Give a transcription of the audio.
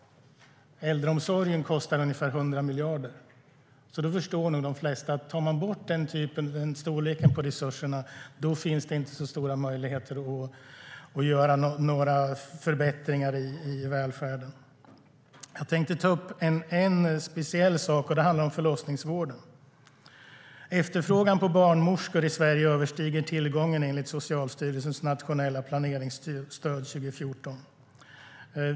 Äldreomsorgen kostar ungefär 100 miljarder. Då förstår nog de flesta att om man tar bort resurser i den storleksordningen finns det inte stora möjligheter att göra några förbättringar i välfärden..